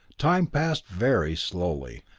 time passed very slowly.